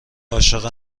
عاشق